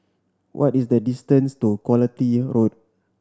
what is the distance to Quality Road